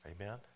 amen